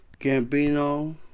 Gambino